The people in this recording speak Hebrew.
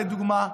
לדוגמה,